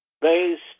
based